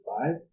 five